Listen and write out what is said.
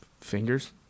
Fingers